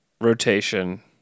rotation